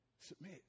Submit